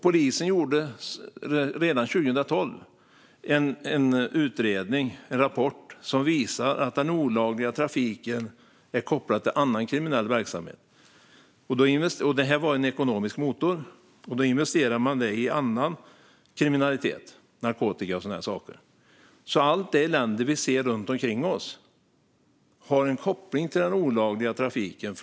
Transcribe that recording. Polisen gjorde redan 2012 en utredning, en rapport, som visar att den olagliga trafiken är kopplad till annan kriminell verksamhet och är en ekonomisk motor. Man investerar i annan kriminalitet - narkotika och sådana där saker. Allt det elände vi ser runt omkring oss har en koppling till den olagliga trafiken.